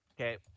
Okay